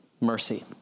mercy